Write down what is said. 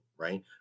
Right